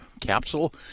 capsule